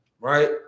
Right